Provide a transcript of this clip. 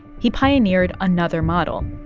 he pioneered another model.